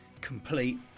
complete